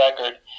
record